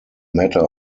matter